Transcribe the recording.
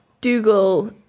Dougal